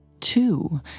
Two